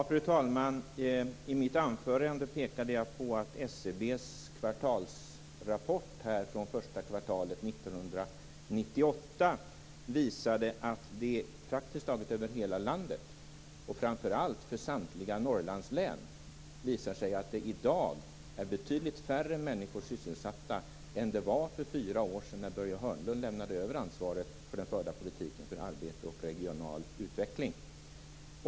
Fru talman! I mitt anförande pekade jag på att SCB:s kvartalsrapport från första kvartalet 1998 visar att över praktiskt taget hela landet och framför allt i samtliga Norrlandslän är i dag betydligt färre människor sysselsatta än för fyra år sedan när Börje Hörnlund lämnade över ansvaret för den förda politiken när det gäller arbete och regional utveckling.